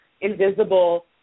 invisible